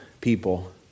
people